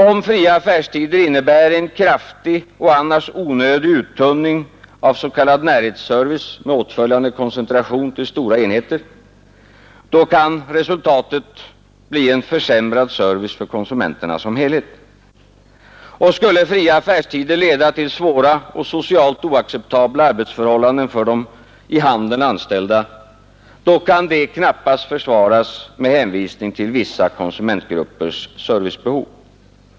Om fria affärstider innebär en kraftig och annars onödig uttunning av s.k. närhetsservice med åtföljande koncentration till stora enheter, kan resultatet bli en försämrad service för konsumenterna som helhet. Och skulle fria affärstider leda till svåra och socialt oacceptabla arbetsförhållanden för de i handeln anställda, då kan det knappast försvaras med hänvisning till vissa konsumentgruppers servicebehov.